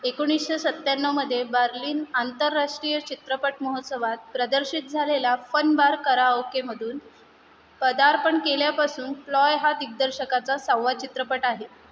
एकोणीशे सत्त्याण्णवमध्ये बर्लिन आंतरराष्ट्रीय चित्रपट महोत्सवात प्रदर्शित झालेला फनबार कराओकेमधून पदार्पण केल्यापासून फ्लॉय हा दिग्दर्शकाचा सहावा चित्रपट आहे